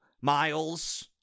Miles